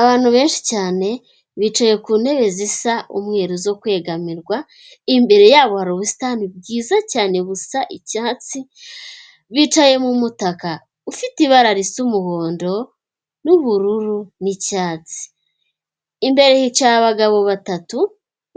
Abantu benshi cyane bicaye ku ntebe zisa umweru zo kwegamirwa, imbere yabo hari ubusitani bwiza cyane busa icyatsi, bicaye mu mutaka ufite ibara risa umuhondo n'ubururu n'icyatsi, imbere hicaye abagabo batatu